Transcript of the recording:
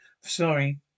Sorry